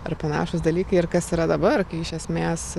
ar panašūs dalykai ir kas yra dabar kai iš esmės